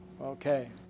Okay